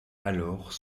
alors